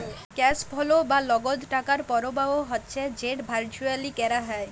cash flow বা লগদ টাকার পরবাহ হচ্যে যেট ভারচুয়ালি ক্যরা হ্যয়